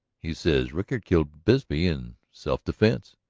he says rickard killed bisbee in self-defense.